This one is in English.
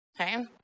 okay